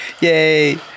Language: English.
Yay